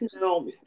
No